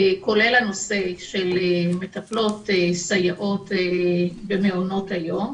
כולל הנושא של מטפלות, סייעות במעונות היום,